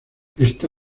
esta